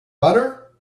butter